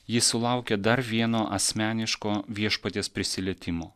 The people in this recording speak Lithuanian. ji sulaukė dar vieno asmeniško viešpaties prisilietimo